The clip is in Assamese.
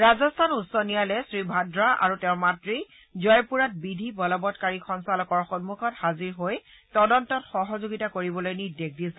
ৰাজস্থান উচ্চ ন্যায়ালয়ে শ্ৰীভাদ্ৰা আৰু তেওঁৰ মাতৃক জয়পূৰত বিধি বলৱৎকাৰী সঞ্চালকৰ সন্মুখত হাজিৰ হৈ তদন্তত সহযোগিতা কৰিবলৈ নিৰ্দেশ দিছিল